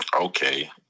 Okay